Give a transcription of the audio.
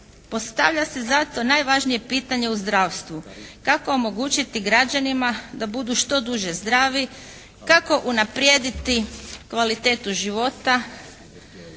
Postavlja se zato najvažnije pitanje u zdravstvu. Kako omogućiti građanima da budu što duže zdravi? Kako unaprijediti kvalitetu život?